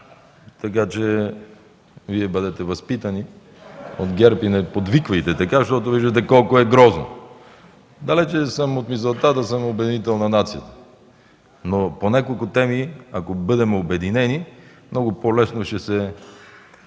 Така че Вие от ГЕРБ бъдете възпитани и не подвиквайте така, защото виждате колко е грозно. Далеч съм от мисълта да съм обединител на нацията, но по няколко теми, ако бъдем обединени, много по-лесно ще се